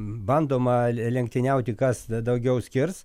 bandoma lenktyniauti kas daugiau skirs